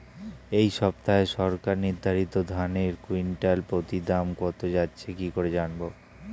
এই সপ্তাহে সরকার নির্ধারিত ধানের কুইন্টাল প্রতি দাম কত যাচ্ছে কি করে জানবো?